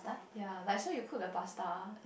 ya like so you cook the pasta